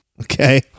okay